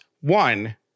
One